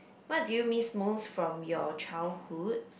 what do you miss most from your childhood